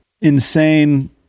Insane